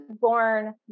born